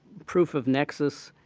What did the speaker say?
proof of nexus,